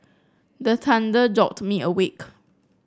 the thunder jolt me awake